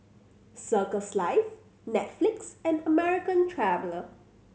Circles Life Netflix and American Traveller